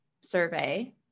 survey